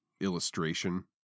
illustration